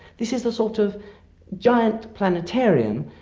this is a sort of giant planetarium,